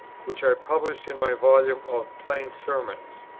which i published in my volume of plain sermons.